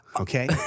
okay